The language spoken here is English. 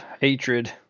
hatred